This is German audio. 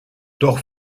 doch